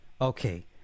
Okay